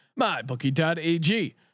MyBookie.ag